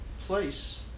place